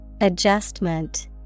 Adjustment